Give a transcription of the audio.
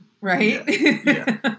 Right